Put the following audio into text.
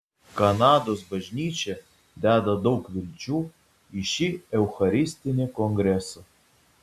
kanados bažnyčia deda daug vilčių į šį eucharistinį kongresą